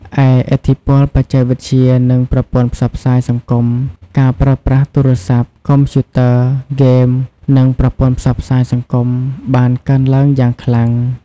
ឯឥទ្ធិពលបច្ចេកវិទ្យា និងប្រព័ន្ធផ្សព្វផ្សាយសង្គម ការប្រើប្រាស់ទូរស័ព្ទ កុំព្យូទ័រ ហ្គេម និងប្រព័ន្ធផ្សព្វផ្សាយសង្គមបានកើនឡើងយ៉ាងខ្លាំង ។